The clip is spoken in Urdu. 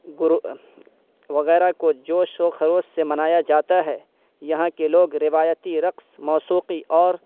گرو وغیرہ کو جوش و خروس سے منایا جاتا ہے یہاں کے لوگ روایتی رقص موسیقی اور